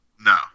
No